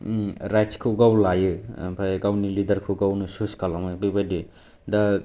गावनि राइट्सखौ गाव लायो ओमफ्राय गावनि लिदारखौ गावनो चयस खालामो बेबायदि दा